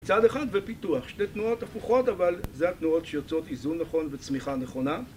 צעד אחד ופיתוח, שתי תנועות הפוכות אבל זה התנועות שיוצאות איזון נכון וצמיחה נכונה